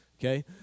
Okay